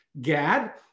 Gad